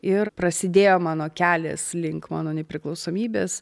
ir prasidėjo mano kelias link mano nepriklausomybės